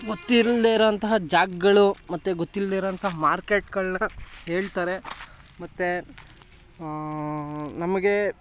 ಗೊತ್ತಿಲ್ಲದೇ ಇರುವಂತಹ ಜಾಗಗಳು ಮತ್ತು ಗೊತ್ತಿಲ್ಲದೇ ಇರುವಂಥ ಮಾರ್ಕೆಟ್ಗಳನ್ನ ಹೇಳ್ತಾರೆ ಮತ್ತು ನಮಗೆ